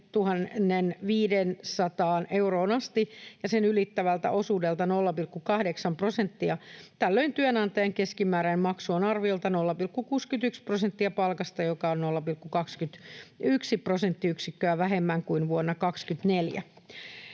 500 euroon asti ja sen ylittävältä osuudelta 0,80 prosenttia. Tällöin työnantajan keskimääräinen maksu on arviolta 0,61 prosenttia palkasta, mikä on 0,21 prosenttiyksikköä vähemmän kuin vuonna 24.